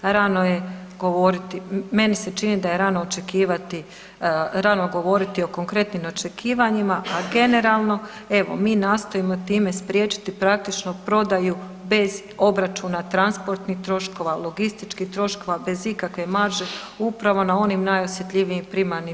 Rano je govoriti, meni se čini da je rano očekivati, rano govoriti o konkretnim očekivanjima, a generalno evo mi nastojimo time spriječiti praktično prodaju bez obračuna transportnih troškova, logističkih troškova, bez ikakve marže upravo na onim najosjetljivijim primarnim proizvodima.